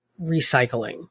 recycling